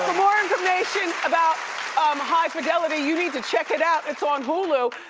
more information about um high fidelity, you need to check it out, it's on hulu.